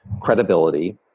credibility